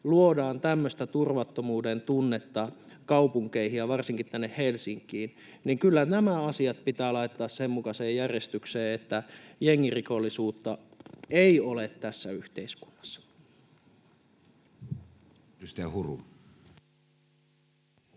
luodaan tämmöistä turvattomuuden tunnetta kaupunkeihin ja varsinkin tänne Helsinkiin. Kyllä nämä asiat pitää laittaa sen mukaiseen järjestykseen, että jengirikollisuutta ei ole tässä yhteiskunnassa. Edustaja Huru.